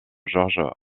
georges